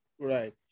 Right